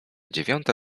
dziewiąta